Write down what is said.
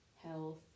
health